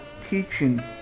teaching